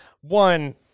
one